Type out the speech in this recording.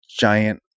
giant